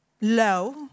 low